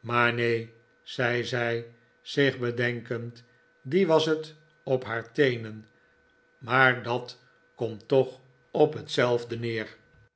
maar neen zei zij zich bedenkend die was het op haar teenen maar dat komt toch op hetzelfde neer